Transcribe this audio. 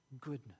goodness